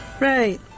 Right